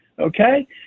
Okay